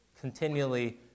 continually